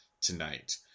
tonight